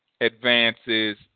advances